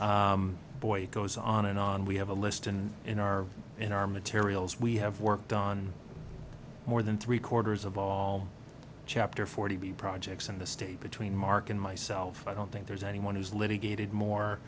wind boy goes on and on we have a list and in our in our materials we have worked on more than three quarters of all chapter forty b projects in the state between mark and myself i don't think there's anyone who's litigated more